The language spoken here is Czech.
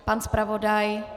Pan zpravodaj?